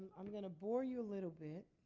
i'm going to bore you a little bit.